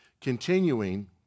Continuing